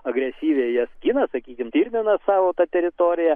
agresyviai jas gina sakykim stirninas savo tą teritoriją